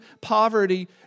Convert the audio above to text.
poverty